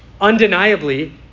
undeniably